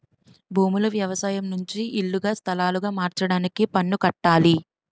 భూములు వ్యవసాయం నుంచి ఇల్లుగా స్థలాలుగా మార్చడానికి పన్ను కట్టాలి